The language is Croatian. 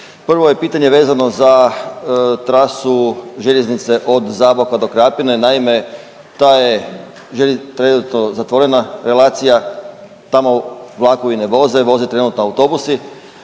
Prvo je pitanje vezano za trasu željeznice od Zaboka do Krapine. Naime, ta je trenutno zatvorena relacija, tamo vlakovi ne voze, voze trenutno autobusi.